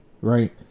right